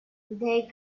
they